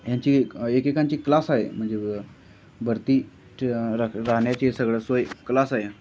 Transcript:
ह्यांची एक एकेकांची क्लास आहे म्हणजे भरती ते राहण्याची सगळं सोय क्लास आहे